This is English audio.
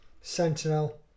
Sentinel